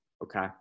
Okay